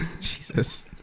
Jesus